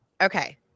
Okay